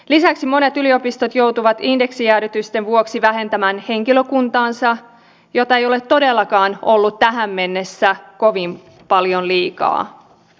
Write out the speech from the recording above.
lisäksi monet yliopistot joutuvat indeksien jäädytysten vuoksi vähentämään henkilökuntaansa jota ei ole todellakaan ollut tähän mennessä kovin paljon liikaa